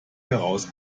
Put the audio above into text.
heraus